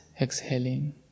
exhaling